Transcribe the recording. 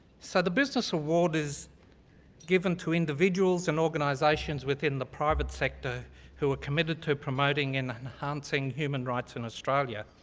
so the business award is given to individuals and organizations within the private sector who are committed to promoting and enhancing human rights in australia.